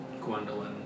Gwendolyn